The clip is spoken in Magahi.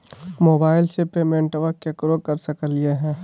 मोबाइलबा से पेमेंटबा केकरो कर सकलिए है?